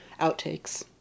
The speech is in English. outtakes